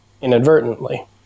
inadvertently